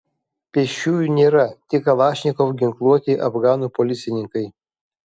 pėsčiųjų nėra tik kalašnikov ginkluoti afganų policininkai